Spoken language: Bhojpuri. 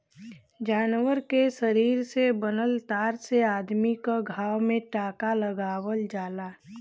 जानवर के शरीर से बनल तार से अदमी क घाव में टांका लगावल जाला